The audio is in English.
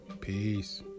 Peace